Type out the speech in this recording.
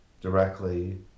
directly